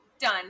Done